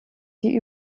die